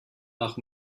nach